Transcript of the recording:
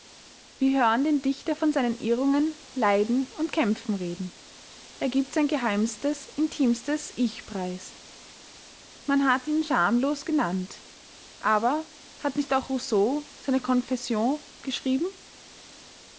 wir hören den dichter von seinen irrungen leiden und kämpfen reden er gibt sein geheimstes intimstes ich preis man hat ihn schamlos genannt aber hat nicht auch rousseau seine confessions geschrieben